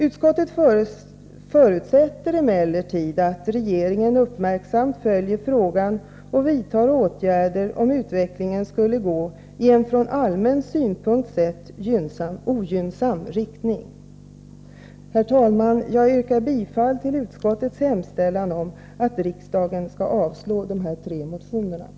Utskottet förutsätter emellertid att regeringen uppmärksamt följer frågan och vidtar åtgärder, om utvecklingen skulle gå i en från allmän synpunkt sett ogynnsam riktning. Herr talman! Jag yrkar bifall till utskottets hemställan att riksdagen avslår de tre motionerna.